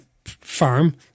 Farm